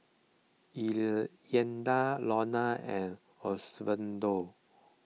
Iyanna Iona and Osvaldo